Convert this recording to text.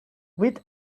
with